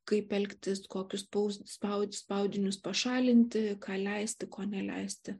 kaip elgtis kokius spaus spaudžiu spaudinius pašalinti ką leisti ko neleisti